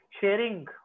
sharing